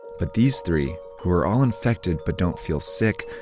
but these three, who are all infected but don't feel sick,